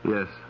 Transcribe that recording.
Yes